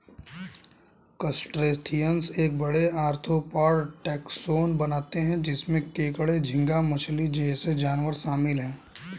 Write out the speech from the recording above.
crustaceans एक बड़े, arthropod taxon बनाते हैं जिसमें केकड़े, झींगा मछली जैसे जानवर शामिल हैं